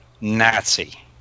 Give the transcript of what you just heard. Nazi